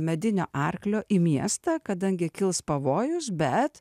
medinio arklio į miestą kadangi kils pavojus bet